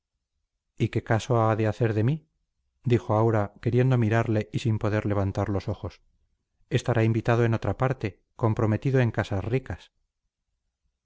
y qué caso ha de hacer de mí dijo aura queriendo mirarle y sin poder levantar los ojos estará invitado en otra parte comprometido en casas ricas